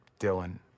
Dylan